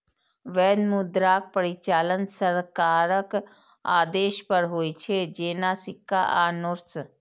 वैध मुद्राक परिचालन सरकारक आदेश पर होइ छै, जेना सिक्का आ नोट्स